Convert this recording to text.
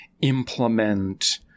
implement